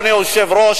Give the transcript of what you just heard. אדוני היושב-ראש,